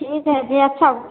ठीक हइ जे अच्छा